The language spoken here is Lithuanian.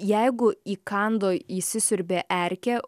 jeigu įkando įsisiurbė erkė